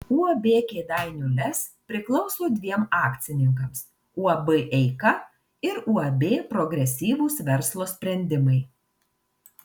uab kėdainių lez priklauso dviem akcininkams uab eika ir uab progresyvūs verslo sprendimai